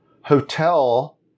hotel